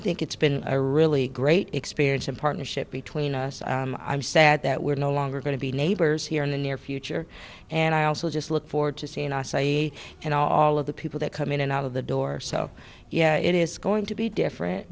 think it's been a really great experience and partnership between us i'm sad that we're no longer going to be neighbors here in the near future and i also just look forward to seeing our say and all of the people that come in and out of the door so yeah it is going to be different